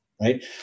right